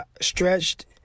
stretched